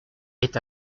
est